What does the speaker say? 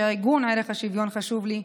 שעיגון ערך השוויון חשוב לי,